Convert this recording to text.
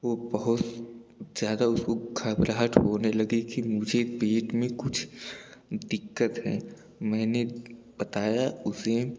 वो बहुत ज़्यादा उसको घबराहट होने लगी कि मुझे पेट में कुछ दिक़्क़त है मैंने बताया उसे